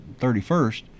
31st